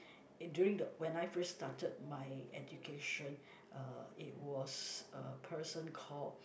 in during the when I first started my education uh it was a person called